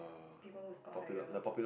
people who score higher